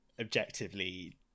objectively